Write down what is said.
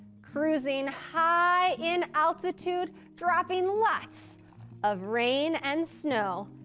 cruising high in altitude, dropping lots of rain and snow,